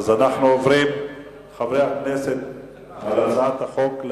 אנחנו עוברים להצבעה על הצעת החוק.